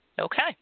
Okay